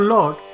Lord